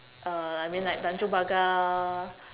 uh I mean like tanjong-pagar